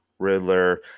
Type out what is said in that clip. Riddler